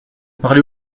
parler